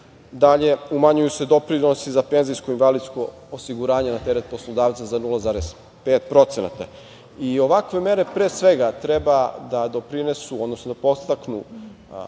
Dalje, umanjuju se doprinosi za penzijsko-invalidsko osiguranje na teret poslodavaca za 0,5%. I ovakve mere, pre svega, treba da doprinesu, odnosno da podstaknu